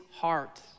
heart